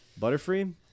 Butterfree